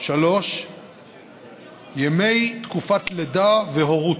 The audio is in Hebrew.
3. ימי תקופת לידה והורות,